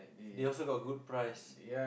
they also got good price